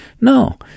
No